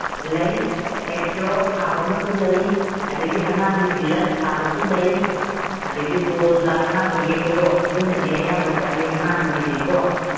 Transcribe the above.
ꯂꯩ ꯑꯦꯛꯁꯄ꯭ꯂꯣꯔ ꯊꯥꯕ ꯑꯃꯁꯨ ꯂꯩ ꯑꯗꯒꯤ ꯑꯉꯥꯡꯒꯤ ꯗꯤꯂꯛꯁ ꯊꯥꯕꯁꯨ ꯂꯩ ꯑꯗꯒꯤ ꯕꯣꯜꯒ ꯑꯉꯥꯡꯒ ꯌꯦꯛꯄꯗꯣ ꯑꯗꯨꯅꯗꯤ ꯑꯌꯥꯝꯕ ꯆꯠꯂꯤ ꯑꯉꯥꯡꯒꯤꯗꯤꯀꯣ